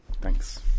Thanks